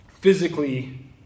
physically